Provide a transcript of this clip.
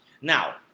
Now